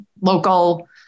local